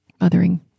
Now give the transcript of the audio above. mothering